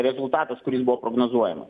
rezultatas kuris buvo prognozuojamas